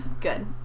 Good